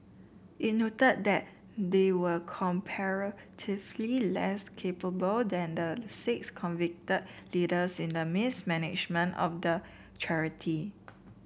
it noted that they were comparatively less capable than the six convicted leaders in the mismanagement of the charity